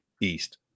East